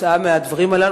כתוצאה מהדברים הללו.